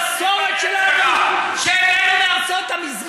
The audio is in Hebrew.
אנחנו והספרדים נלחמנו יחד נגד זה תקבל אותן,